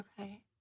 Okay